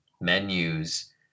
menus